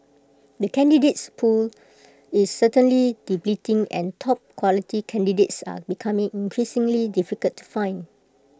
the candidates pool is certainly depleting and top quality candidates are becoming increasingly difficult to find